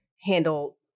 handle